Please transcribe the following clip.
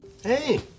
Hey